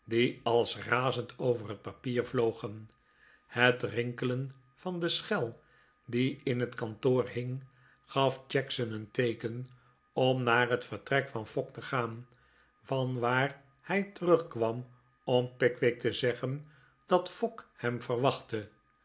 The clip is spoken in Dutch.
als razend over het papier vlogen het rinkelen van de schel die in het kantoor hing gaf jackson een teeken om naar het vertrek van fogg te gaan vanwaar hij terugkwam om pickwick te zeggen dat fogg hem verwachtte